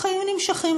החיים ממשיכים,